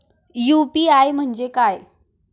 UPI म्हणजे काय?